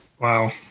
Wow